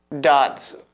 dots